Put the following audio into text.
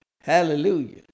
Hallelujah